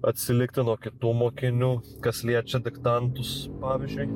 atsilikti nuo kitų mokinių kas liečia diktantus pavyzdžiui